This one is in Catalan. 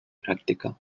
pràctica